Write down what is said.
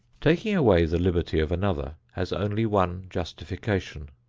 taking away the liberty of another has only one justification.